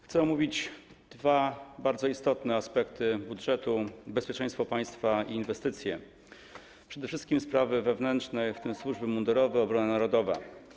Chcę omówić dwa bardzo istotne aspekty budżetu: bezpieczeństwa państwa i inwestycji, a przede wszystkim sprawy wewnętrzne, w tym kwestie służb mundurowych, obrony narodowej.